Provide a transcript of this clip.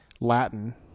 Latin